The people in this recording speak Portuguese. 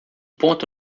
ponto